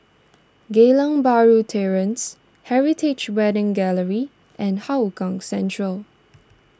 Geylang Bahru Terrace Heritage Wedding Gallery and Hougang Central